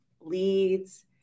leads